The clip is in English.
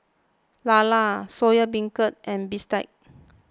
Lala Soya Beancurd and Bistake